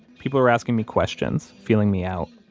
people are asking me questions, feeling me out.